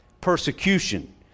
Persecution